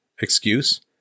excuse